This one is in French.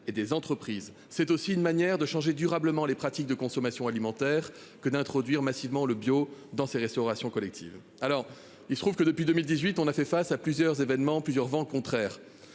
et des entreprises, c'est aussi une manière de changer durablement les pratiques de consommation alimentaire que d'introduire massivement le bio dans ses restaurations collectives. Alors il se trouve que depuis 2018 on a fait face à plusieurs événements plusieurs vents contraires.